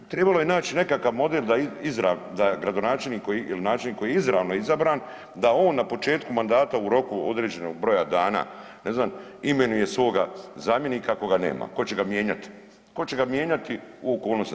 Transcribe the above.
Trebalo je naći nekakav model da gradonačelnik ili načelnik koji je izravno izabran da on na početku mandata u roku određenog broja dana imenuje svoga zamjenika koga nema tko će ga mijenjati, tko će ga mijenjati u okolnostima.